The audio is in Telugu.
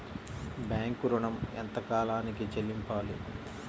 బ్యాంకు ఋణం ఎంత కాలానికి చెల్లింపాలి?